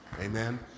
Amen